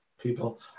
people